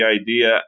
idea